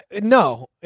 No